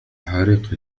حريق